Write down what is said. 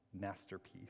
masterpiece